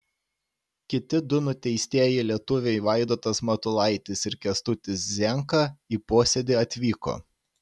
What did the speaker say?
kiti du nuteistieji lietuviai vaidotas matulaitis ir kęstutis zienka į posėdį atvyko